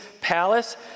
palace